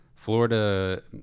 Florida